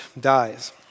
dies